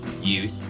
youth